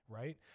right